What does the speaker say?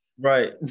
Right